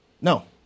No